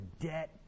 debt